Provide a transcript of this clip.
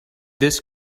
this